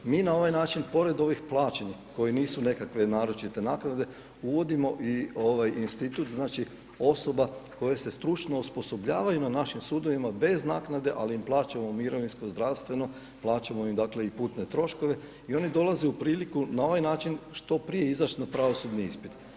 Mi na ovaj način pored ovih plaćenih kojih nisu nekakve naročite naknade uvodimo i ovaj institut znači osoba koje se stručno osposobljavaju na našim sudovima bez naknade ali im plaćamo mirovinsko, zdravstveno, plaćamo im dale i putne troškove i oni dolaze u priliku na ovaj način što prije izać na pravosudni ispit.